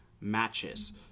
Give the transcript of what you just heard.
matches